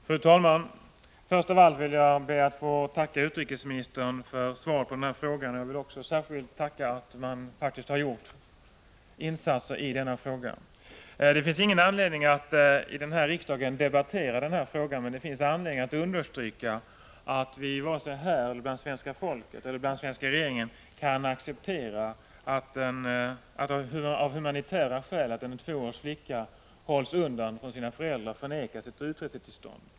Fru talman! Först av allt ber jag att få tacka utrikesministern för svaret på frågan. Jag vill även tacka för att man faktiskt har gjort insatser när det gäller denna fråga. Det finns inte någon anledning att här i riksdagen debattera frågan, men det finns anledning att understryka att vi — riksdagen, svenska folket och regeringen — av humanitära skäl inte kan acceptera att en tvåårig flicka hålls borta från sina föräldrar och nekas utresetillstånd.